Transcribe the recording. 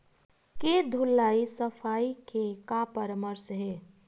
के धुलाई सफाई के का परामर्श हे?